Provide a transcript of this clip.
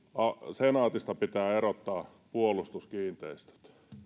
senaatista pitää erottaa puolustuskiinteistöt